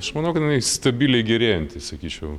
aš manau kad jinai stabiliai gerėjanti sakyčiau